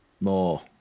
more